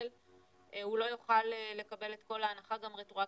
הוא לא יוכל לקבל את כל ההנחה גם רטרואקטיבית,